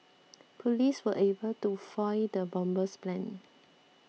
police were able to foil the bomber's plan